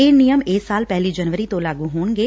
ਇਹ ਨਿਯਮ ਇਸ ਸਾਲ ਪਹਿਲੀ ਜਨਵਰੀ ਤੋਂ ਲਾਗੁ ਹੋਣਗੇ